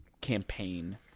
campaign